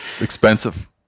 Expensive